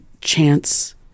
chance